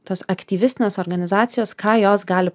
tos aktyvistisnės organizacijos ką jos gali